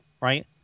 Right